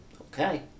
Okay